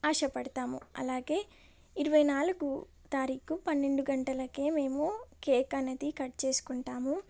ఆశపడతాము అలాగే ఇరవై నాలుగు తారీఖు పన్నెండు గంటలకే మేము కేక్ అనేది కట్జ్ చేసుకుంటాము